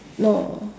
no